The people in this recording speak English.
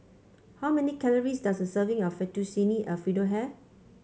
how many calories does a serving of Fettuccine Alfredo have